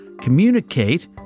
communicate